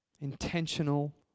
Intentional